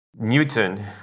Newton